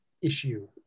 issue